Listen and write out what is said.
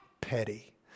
petty